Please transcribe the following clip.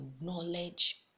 knowledge